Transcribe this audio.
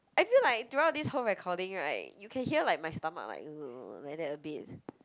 I feel like throughout this whole recording [right] you can hear like my stomach like like that a bit